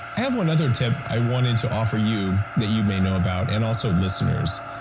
i have one other tip i wanted to offer you, that you may know about and also listeners.